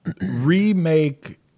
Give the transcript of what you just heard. remake